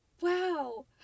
Wow